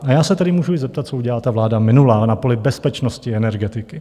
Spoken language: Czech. A já se tady můžu i zeptat, co udělala vláda minulá na poli bezpečnosti energetiky.